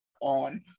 on